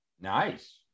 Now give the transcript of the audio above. Nice